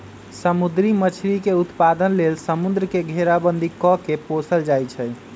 समुद्री मछरी के उत्पादन लेल समुंद्र के घेराबंदी कऽ के पोशल जाइ छइ